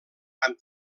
amb